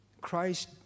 Christ